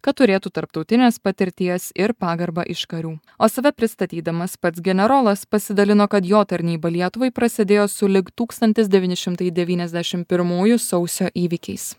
kad turėtų tarptautinės patirties ir pagarbą iš karių o save pristatydamas pats generolas pasidalino kad jo tarnyba lietuvai prasidėjo sulig tūkstantis devyni šimtai devyniasdešim pirmųjų sausio įvykiais